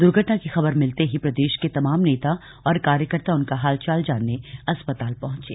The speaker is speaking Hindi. दुर्घटना की खबर मिलते ही प्रदेश के तमाम नेता और कार्यकर्ता उनका हाल चाल जानने अस्पताल पहुॅचे